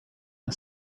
the